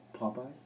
Popeyes